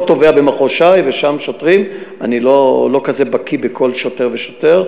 פה תובע במחוז ש"י ושם שוטרים אני לא כזה בקי בכל שוטר ושוטר,